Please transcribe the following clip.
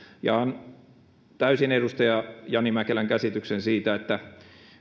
ja jaan täysin edustaja jani mäkelän käsityksen siitä että